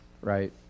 right